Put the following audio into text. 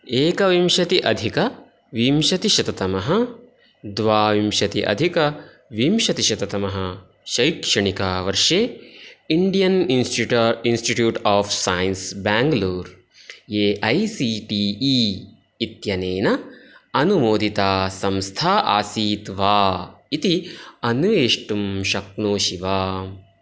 एकविंशति अधिक विंशतिशततमः द्वाविंशति अधिक विंशतिशततमः शैक्षणिकवर्षे इण्डियन् इन्स्टिटा Institute of Science Bangalore A I C T E इत्यनेन अनुमोदिता संस्था आसीत् वा इति अन्वेष्टुं शक्नोषि वा